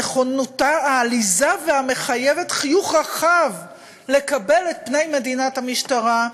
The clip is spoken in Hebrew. נכונותה העליזה והמחייבת חיוך רחב לקבל את פני מדינת המשטרה,